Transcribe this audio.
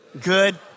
good